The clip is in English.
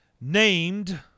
named